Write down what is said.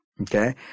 Okay